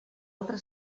altra